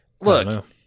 look